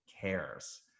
cares